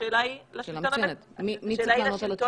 השאלה היא לשלטון המקומי,